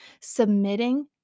Submitting